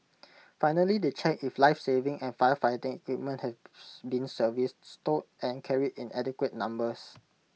finally they check if lifesaving and firefighting equipment has been serviced stowed and carried in adequate numbers